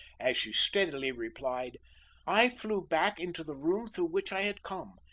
as she steadily replied i flew back into the room through which i had come,